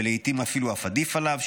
ולעיתים אפילו עדיף עליו,